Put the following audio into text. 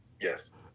Yes